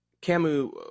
Camus